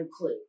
clue